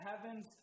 heavens